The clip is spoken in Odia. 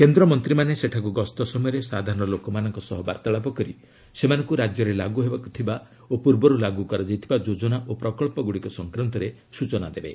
କେନ୍ଦ୍ରମନ୍ତ୍ରୀମାନେ ସେଠାକୁ ଗସ୍ତ ସମୟରେ ସାଧାରଣ ଲୋକମାନଙ୍କ ସହ ବାର୍ତ୍ତାଳାପ କରି ସେମାନଙ୍କୁ ରାଜ୍ୟରେ ଲାଗୁ ହେବାକୁ ଥିବା ଓ ପୂର୍ବରୁ ଲାଗୁ କରାଯାଇଥିବା ଯୋଜନା ଓ ପ୍ରକଚ୍ଚଗୁଡ଼ିକ ସଂକ୍ରାନ୍ତାରେ ସୂଚନା ଦେବେ